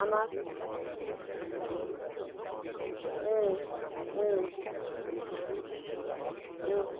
আমার হুম হুম হুম